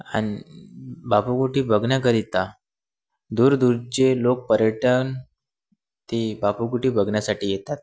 आणि बापू कुटी बघण्याकरिता दूर दूरचे लोक पर्यटन ती बापू कुटी बघण्यासाठी येतात